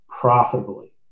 profitably